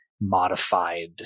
modified